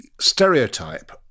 stereotype